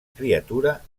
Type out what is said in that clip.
criatura